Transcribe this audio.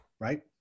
right